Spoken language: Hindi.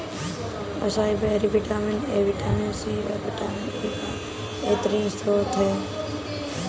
acai berry vitamin A, vitamin C, और विटामिन ई का बेहतरीन स्त्रोत है